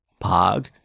Pog